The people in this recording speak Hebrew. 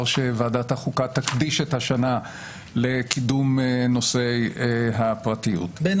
שוועדת החוקה תקדיש את השנה לקידום נושא הפרטיות בין